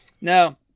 Now